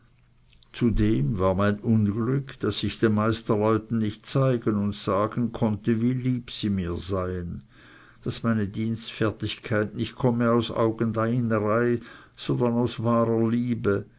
zudem war mein unglück daß ich den meisterleuten nicht zeigen und sagen konnte wie lieb sie mir seien daß meine dienstfertigkeit nicht komme aus augendienern sondern aus wahrer liebe